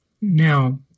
Now